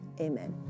amen